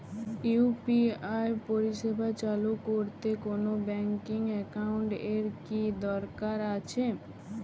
UPI পরিষেবা চালু করতে কোন ব্যকিং একাউন্ট এর কি দরকার আছে?